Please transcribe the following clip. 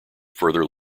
further